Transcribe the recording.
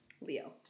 Leo